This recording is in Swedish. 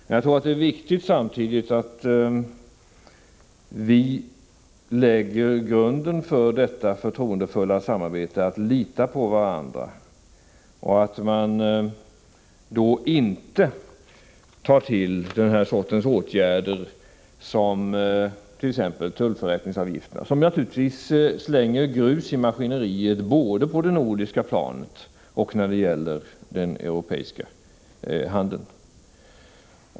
Men jag tror samtidigt att det är viktigt att vi lägger grunden för detta förtroendefulla samarbete, att vi kan lita på varandra, och att man då inte tar till den här sortens åtgärder som t.ex. tullförrättningsavgifterna, som naturligtvis slänger grus i maskineriet både på det nordiska planet och när det gäller den europeiska handeln.